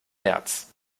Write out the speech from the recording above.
märz